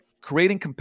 creating